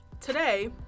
Today